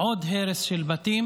עוד הרס של בתים